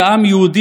בכנסת,